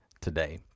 today